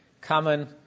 common